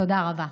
תודה רבה.